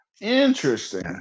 Interesting